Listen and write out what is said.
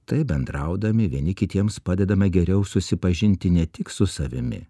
taip bendraudami vieni kitiems padedame geriau susipažinti ne tik su savimi